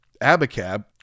abacab